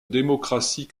démocratie